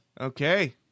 Okay